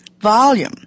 volume